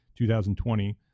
2020